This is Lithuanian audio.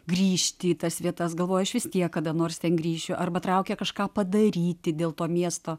grįžti į tas vietas galvojau aš vis tiek kada nors ten grįšiu arba traukia kažką padaryti dėl to miesto